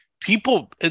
People